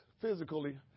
physically